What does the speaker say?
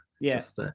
yes